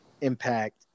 impact